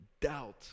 doubt